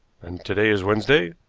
and to-day is wednesday,